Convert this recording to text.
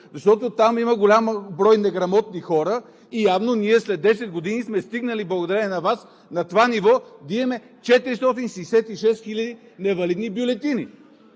защото там има голям брой неграмотни хора. Явно ние след 10 години сме стигнали, благодарение на Вас, на това ниво, да имаме 466 000 невалидни бюлетини!